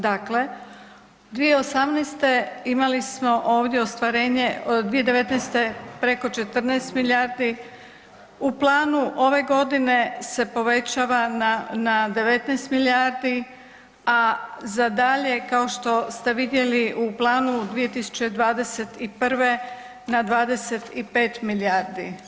Dakle, 2018. imali smo ovdje ostvarenje, 2019. preko 14 milijardi, u planu ove godine se povećava na, na 19 milijardi, a za dalje kao što ste vidjeli u planu 2021. na 25 milijardi.